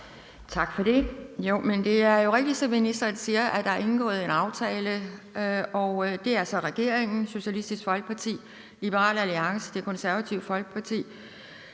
Tak for det. Det er jo rigtigt, som ministeren siger, at der er indgået en aftale, og det er altså regeringen, Socialistisk Folkeparti, Liberal Alliance, Det Konservative Folkeparti,